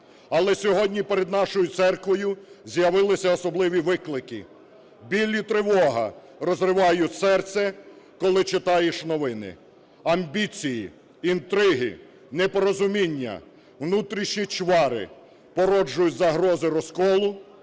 Але сьогодні перед нашою церквою з'явилися особливі виклики. Біль і тривога розривають серце, коли читаєш новини. Амбіції, інтриги, непорозуміння, внутрішні чвари породжують загрози розколу,